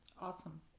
Awesome